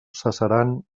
cessaran